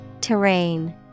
Terrain